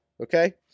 Okay